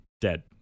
dead